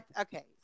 okay